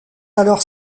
alors